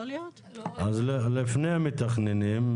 לפני המתכננים,